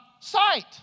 sight